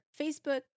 Facebook